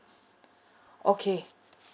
okay